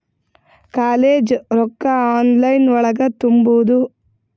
College ರೊಕ್ಕ online ಒಳಗ ತುಂಬುದು?